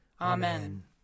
Amen